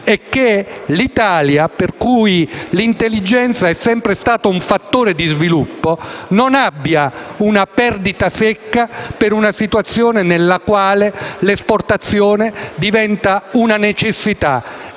e che l'Italia, per la quale l'intelligenza è sempre stata un fattore di sviluppo, non abbia una perdita secca per una situazione nella quale l'esportazione diventa una necessità